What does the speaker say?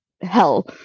hell